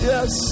Yes